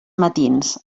matins